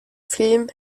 film